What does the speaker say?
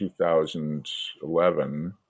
2011